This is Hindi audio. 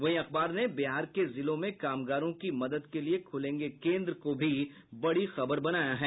वहीं अखबार ने बिहार के जिलों में कामगारों की मदद के लिए खुलेंगे केन्द्र को भी बड़ी खबर बनाया है